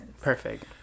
Perfect